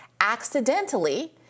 accidentally